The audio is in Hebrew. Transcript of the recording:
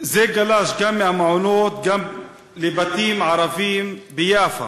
זה גלש גם מהמעונות לבתי ערבים ביפו.